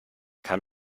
kann